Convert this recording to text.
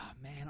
man